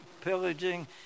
pillaging